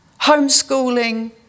homeschooling